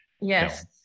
Yes